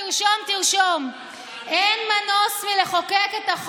ההצעה שלך נותנת כוח